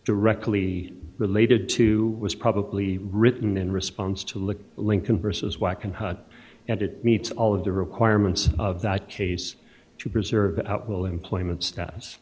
directly related to was probably written in response to look lincoln versus wacken hot and it meets all of the requirements of that case to preserve will employment status